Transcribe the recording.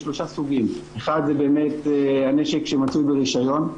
יש שלושה סוגים: אחד זה באמת הנשק שמוציאים ברישיון,